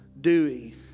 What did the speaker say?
Dewey